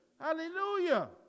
Hallelujah